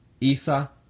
Isa